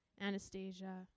Anastasia